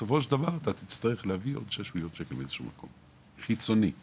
יש לך סוג תקציב כזה של קבורה ומדובר בפחות מ-3% לפי ההערכות,